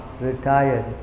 retired